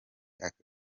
aka